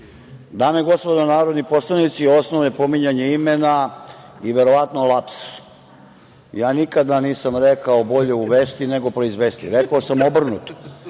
Dame i gospodo narodni poslanici, osnov je pominjanje imena i verovatno lapsus. Ja nikada nisam rekao da je bolje uvesti nego proizvesti. Rekao sam obrnuto.